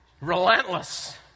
Relentless